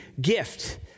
gift